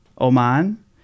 Oman